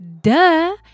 Duh